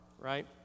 right